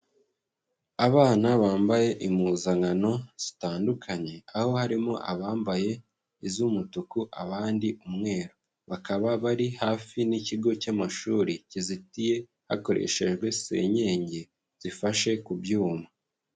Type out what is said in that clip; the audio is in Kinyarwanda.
Abana bambaye impuzankano zitandukanye. Aho harimo abambaye iz'umutuku, abandi umweru. Bakaba bari hafi n'ikigo cy'amashuri kizitiye hakoreshejwe senyenge, zifashe ku byuma.